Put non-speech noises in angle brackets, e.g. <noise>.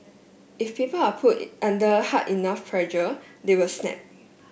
if people are put <unintelligible> under hard enough pressure they will snap